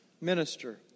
minister